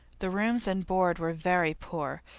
the rooms and board were very poor,